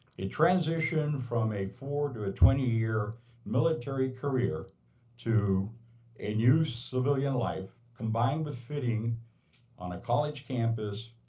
a transition from a four to a twenty year military career to a new civilian life, combined with fitting on a college campus,